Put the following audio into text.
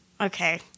okay